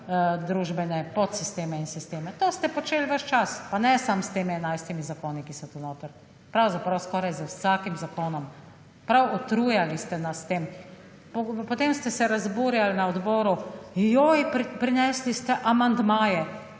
družbene podsisteme in sisteme, to ste počeli ves čas, pa ne samo s temi 11. zakoni, ki so tu notri, pravzaprav skoraj z vsakim zakonom, prav utrujali ste nas s tem. Potem ste se razburjali na odboru »joj, prinesli ste amandmaje«,